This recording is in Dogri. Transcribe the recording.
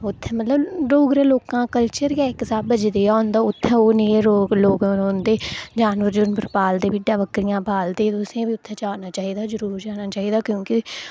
उत्थै मतलब डोगरे लोकें दा कल्चर गै इक स्हाबै जदेहा होंदा उत्थै ओह् निं रोक लोक रौहंदे जानवर जूनवर पालदे भिड्डां बकरियां पालदे तुसेंगी बी उत्थै जाना चाहिदा जरूर जाना चाहिदा क्योंकि